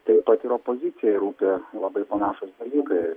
taip pat ir opozicijai rūpi labai panašūs dalykai